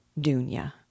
Dunya